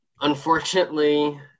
Unfortunately